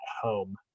home